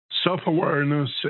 self-awareness